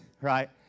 right